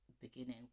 beginning